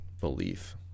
belief